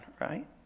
right